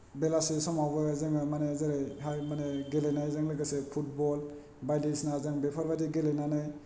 बेलासि समावबो जोङो मानि जेरैहाय मानि गेलेनायजों लोगोसे फुटबल बायदिसिना जों बेफोर बायदि गेलेनानै